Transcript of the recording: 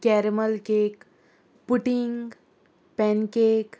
caramel cake pudding pan cake